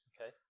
Okay